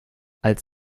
als